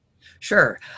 Sure